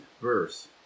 verse